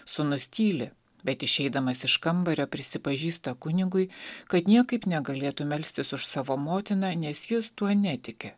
sūnus tyli bet išeidamas iš kambario prisipažįsta kunigui kad niekaip negalėtų melstis už savo motiną nes jis tuo netiki